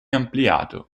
ampliato